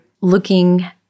looking